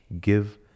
give